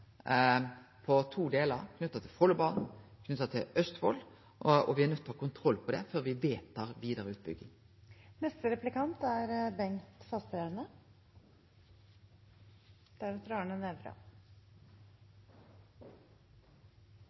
på to delar knytte til Follobanen, knytte til Østfold, og me er nøydde til å ha kontroll på det før me vedtar vidare utbygging.